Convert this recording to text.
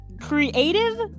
Creative